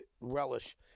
relish